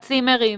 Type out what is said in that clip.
הצימרים,